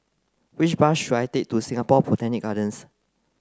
which bus should I take to Singapore Botanic Gardens